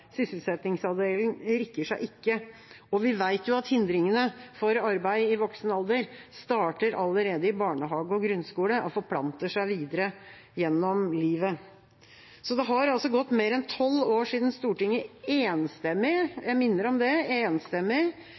rikker seg ikke. Og vi vet jo at hindringene for arbeid i voksen alder starter allerede i barnehage og grunnskole og forplanter seg videre gjennom livet. Det har altså gått mer enn tolv år siden Stortinget enstemmig – jeg minner om det – enstemmig